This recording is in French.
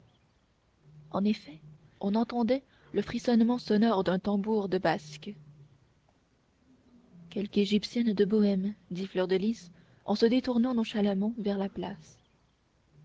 en effet on entendait le frissonnement sonore d'un tambour de basque quelque égyptienne de bohême dit fleur de lys en se détournant nonchalamment vers la place